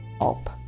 up